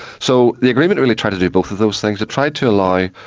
so the agreement really tried to do both of those things, it tried to allow